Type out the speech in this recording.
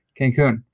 Cancun